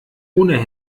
ohne